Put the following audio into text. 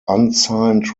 unsigned